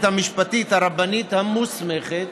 המשפטית הרבנית המוסמכת,